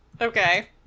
Okay